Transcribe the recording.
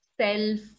self